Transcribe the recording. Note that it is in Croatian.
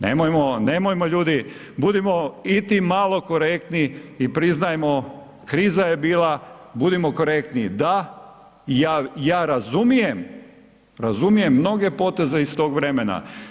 Nemojmo, nemojmo ljudi budimo iti malo korektni i priznajmo kriza je bila, budimo korektni da, ja razumijem, razumijem mnoge poteze iz tog vremena.